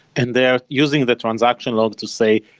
and they're using the transaction logs to say,